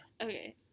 Okay